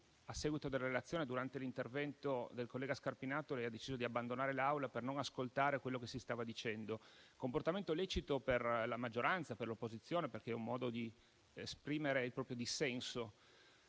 a seguito della relazione, durante l'intervento del collega Scarpinato, ha deciso di abbandonare l'Aula per non ascoltare quello che si stava dicendo. Comportamento lecito per la maggioranza, per l'opposizione, perché è un modo di esprimere il proprio dissenso.